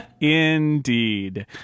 indeed